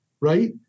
right